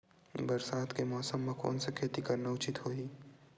बरसात के मौसम म कोन से खेती करना उचित होही?